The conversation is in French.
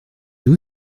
d’où